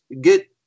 get